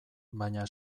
baina